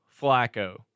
Flacco